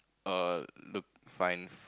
err look fine